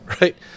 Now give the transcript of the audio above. right